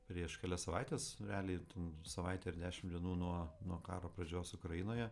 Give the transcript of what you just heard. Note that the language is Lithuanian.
prieš kelias savaites realiai ten savaitė ar dešim dienų nuo nuo karo pradžios ukrainoje